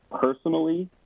personally